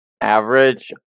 Average